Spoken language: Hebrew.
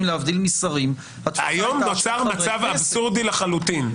להבדיל משרים --- היום נוצר מצב אבסורדי לחלוטין.